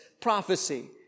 prophecy